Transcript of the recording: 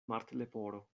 martleporo